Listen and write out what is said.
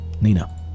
Nina